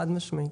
חד משמעית.